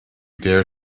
dare